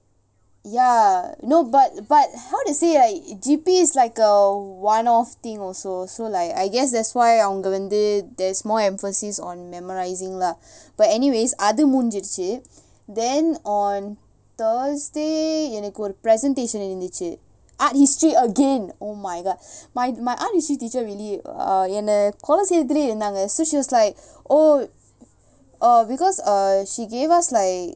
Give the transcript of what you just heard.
ya no but but how to say like G_P is like a one off thing also so like I guess that's why அங்க வந்து:anga vanthuu there's more emphasis on memorising lah but anyways அது முடிஞ்சிருச்சு:athu mudinjiruchu then on thursday எனக்கு ஒரு:enakku oru presentation இருந்துச்சு:irunthuchu art history again oh my god my my art history teacher really uh என்ன கொல செய்றதுலயே இருந்தாங்க:enna kola seirathulaye irunthanga she was like oh err because err she gave us like